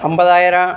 ஐம்பதாயரம்